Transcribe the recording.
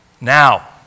now